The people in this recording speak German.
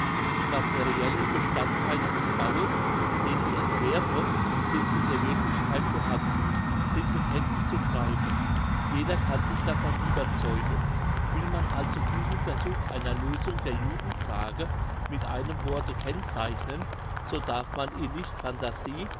die materiellen bestandtheile des baues den ich entwerfe sind in der wirklichkeit vorhanden sind mit händen zu greifen jeder kann sich davon überzeugen will man also diesen versuch einer lösung der judenfrage mit einem worte kennzeichnen so darf man ihn nicht phantasie